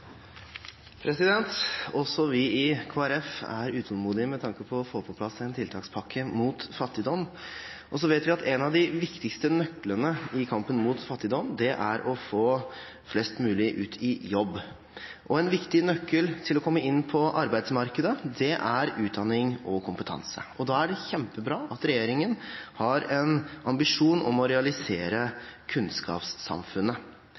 med tanke på å få på plass en tiltakspakke mot fattigdom, og vi vet at en av de viktigste nøklene i kampen mot fattigdom er å få flest mulig ut i jobb. En viktig nøkkel til å komme inn på arbeidsmarkedet er utdanning og kompetanse, og da er det kjempebra at regjeringen har en ambisjon om å